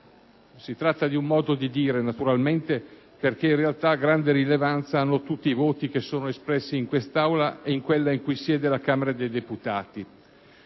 Si tratta di un modo di dire, naturalmente perché, in realtà grande rilevanza hanno tutti i voti che sono espressi in quest'Aula e in quella in cui siede la Camera dei deputati.